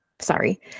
sorry